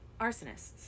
Arsonists